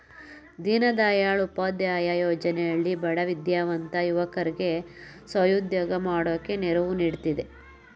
ದೀನದಯಾಳ್ ಉಪಾಧ್ಯಾಯ ಯೋಜನೆ ಹಳ್ಳಿ ಬಡ ವಿದ್ಯಾವಂತ ಯುವಕರ್ಗೆ ಸ್ವ ಉದ್ಯೋಗ ಮಾಡೋಕೆ ನೆರವು ನೀಡ್ತಿದೆ